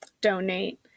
donate